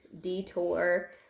Detour